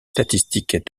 statistiques